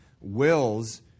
wills